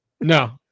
No